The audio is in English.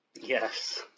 Yes